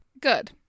Good